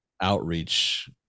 outreach